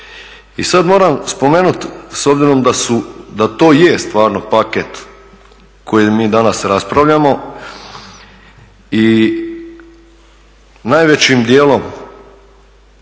I sada moram spomenuti s obzirom da to je stvarno paket o kojem mi danas raspravljamo i najvećim dijelom